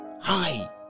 hi